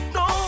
no